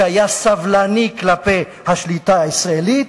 שהיה סבלני כלפי השליטה הישראלית,